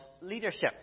leadership